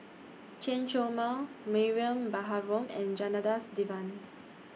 Chen Show Mao Mariam Baharom and Janadas Devan